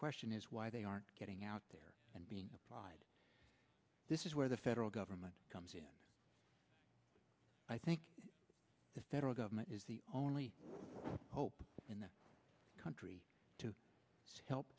question is why they aren't getting out there and being applied this is where the federal government comes in i think the federal government is the only hope in the country to help